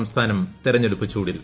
സംസ്ഥാനം തെരഞ്ഞെടുപ്പ് ചൂടിൽ